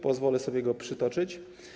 Pozwolę sobie go przytoczyć.